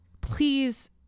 Please